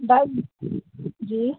ॾ जी